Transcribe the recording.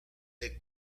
the